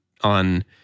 on